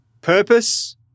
purpose